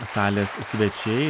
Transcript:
salės svečiai